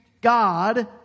God